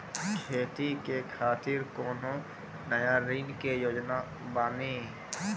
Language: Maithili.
खेती के खातिर कोनो नया ऋण के योजना बानी?